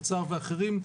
אוצר ואחרים,